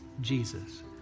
Jesus